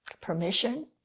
permission